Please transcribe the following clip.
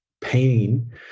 pain